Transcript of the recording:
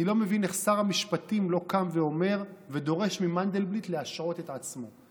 אני לא מבין איך שר המשפטים לא קם ודורש ממנדלבליט להשעות את עצמו.